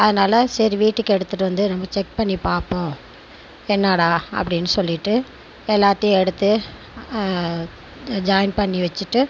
அதனால் சரி வீட்டுக்கு எடுத்துட்டு வந்து நம்ம செக் பண்ணி பார்ப்போம் என்னடா அப்படின்னு சொல்லிட்டு எல்லாத்தையும் எடுத்து ஜாயின் பண்ணி வச்சுட்டு